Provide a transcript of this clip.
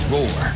Roar